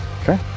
Okay